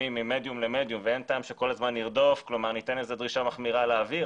היבט פרקטי, שנוכל לצאת מפה עם אמירה יותר מעשית.